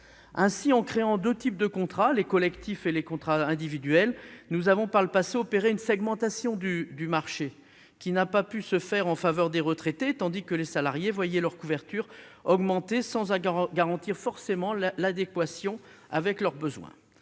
risques. En créant deux types de contrats, les contrats collectifs et les contrats individuels, nous avons opéré par le passé une segmentation du marché, qui n'a pas pu se faire en faveur des retraités, tandis que les salariés voyaient leur couverture augmenter, sans que cela garantisse pour autant son adéquation à leurs besoins.